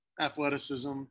athleticism